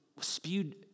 spewed